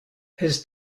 his